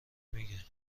میگه